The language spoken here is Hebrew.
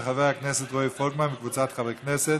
של חבר הכנסת רועי פולקמן וקבוצת חברי הכנסת.